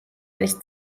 არის